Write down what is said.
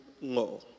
law